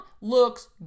looks